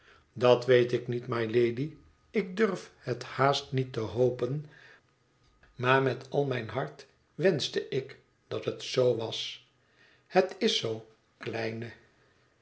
dat weet ik niet mylady ik durf het haast niet hopen maar met al mijn hart wenschte ik dat het zoo was het is zoo kleine